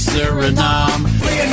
Suriname